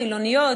חילוניות,